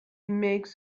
makes